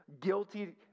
guilty